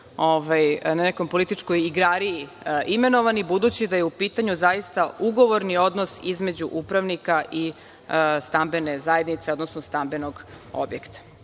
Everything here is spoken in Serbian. po kakvoj političkoj igrariji imenovani, budući da je u pitanju zaista ugovorni odnos između upravnika i stambene zajednice, odnosno stambenog objekta.